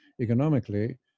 economically